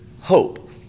hope